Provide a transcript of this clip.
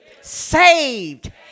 saved